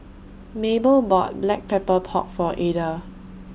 Maybell bought Black Pepper Pork For Ada